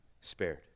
spared